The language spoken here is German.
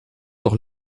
doch